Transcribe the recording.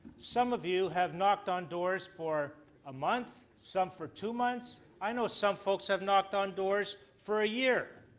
some of you have knocked on doo doors for a month, some for two months. i know some folks have knocked on doors for a year.